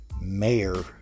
mayor